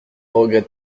regrette